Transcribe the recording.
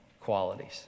qualities